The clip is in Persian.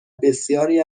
بسیاری